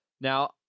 Now